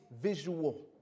visual